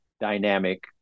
dynamic